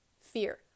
Fear